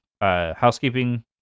housekeeping